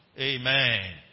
Amen